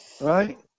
Right